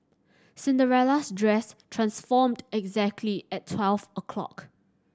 Cinderella's dress transformed exactly at twelve o'clock